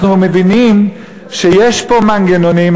אנחנו מבינים שיש פה מנגנונים,